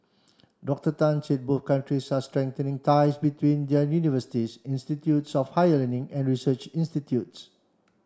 Doctor Tan said both countries are strengthening ties between their universities institutes of higher learning and research institutes